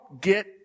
get